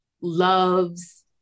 loves